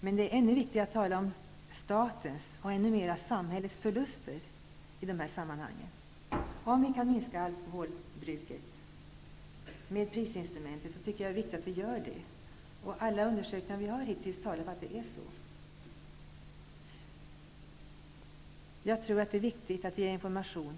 Men det är ännu viktigare att tala om statens, samhällets, förluster i dessa sammanhang. Jag tycker att det är viktigt att minska alkoholbruket med hjälp av prisinstrumentet. Alla undersökningar som har gjorts hittills talar för att det är så. Jag tror att det är viktigt att ge information.